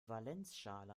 valenzschale